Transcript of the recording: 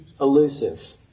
elusive